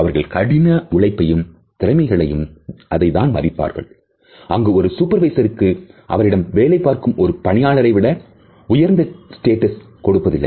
அவர்கள் கடின உழைப்பையும் திறமைகளையும் தான் மதிப்பார்கள் அங்கு ஒரு சூப்பர்வைசர்ருக்குஅவரிடம் வேலை பார்க்கும் ஒரு பணியாளரை விட உயர்ந்த ஸ்டேட்டஸ் கொடுப்பதில்லை